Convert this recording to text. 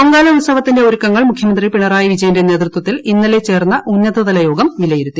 പൊങ്കാല ഉത്സവത്തിന്റെ ഒരുക്കങ്ങൾ മുഖ്യമന്ത്രി പിണറായി വിജയന്റെ നേതൃത്വത്തിൽ ഇന്നലെ ചേർന്ന ഉന്നതതലയോഗം വിലയിരുത്തി